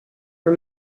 for